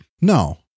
No